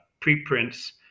preprints